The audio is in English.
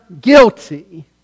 guilty